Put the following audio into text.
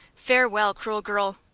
farewell, cruel girl.